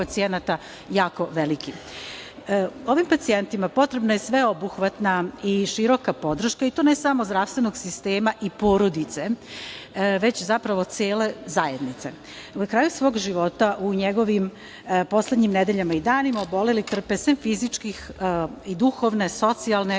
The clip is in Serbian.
jako veliki. Ovim pacijentima potrebna je sveobuhvatna i široka podrška, i to ne samo zdravstvenog sistema i porodice, već i zapravo cele zajednice. Na kraju svog života, u njegovim poslednjim nedeljama i danima, obeleli trpe, sem fizičkih, i duhovne, socijalne,